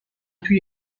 توی